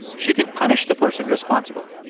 she can punish the person responsible.